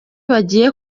bagiye